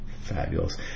Fabulous